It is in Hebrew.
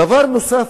דבר נוסף,